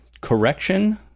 correction